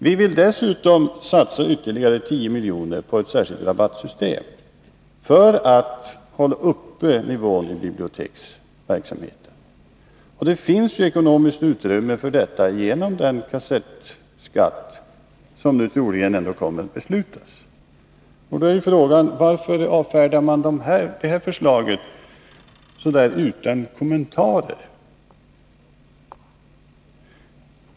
Vi vill dessutom satsa ytterligare 10 milj.kr. på ett särskilt rabattsystem för att hålla uppe nivån i biblioteksverksamheten. Det finns ekonomiskt utrymme för detta genom den kassettskatt som troligen kommer att beslutas. Då är frågan: Varför avfärdar man det här förslaget utan kommentarer?